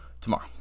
tomorrow